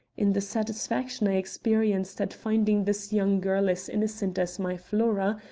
in the satisfaction i experienced at finding this young girl as innocent as my flora,